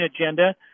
agenda